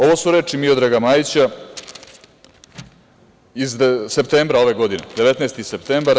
Ovo su reči Miodraga Majića iz septembra ove godine, 19. septembar.